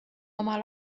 oma